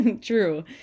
True